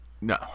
no